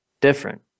different